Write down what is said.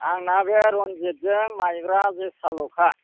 आंना बे रनजित जों माइब्रा जोसाल'खा